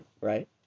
right